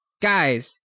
Guys